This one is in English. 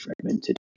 fragmented